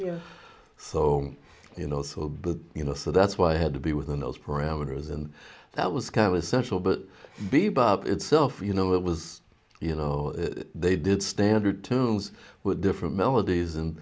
know so you know so but you know so that's why i had to be within those parameters and that was kind of essential but bebop itself you know it was you know they did standard tunes with different melodies and